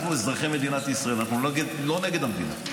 אנחנו אזרחי מדינת ישראל, אנחנו לא נגד המדינה.